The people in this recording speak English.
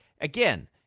Again